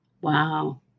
Wow